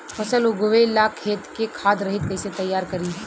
फसल उगवे ला खेत के खाद रहित कैसे तैयार करी?